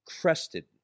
crested